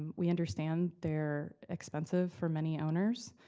we understand they're expensive for many owners.